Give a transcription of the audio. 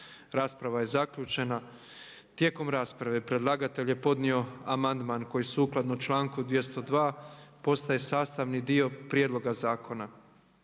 Rasprava je zaključena. Tijekom rasprave predlagatelj je podnio amandman koji sukladno članku 202. postaje sastavni dio prijedloga zakona.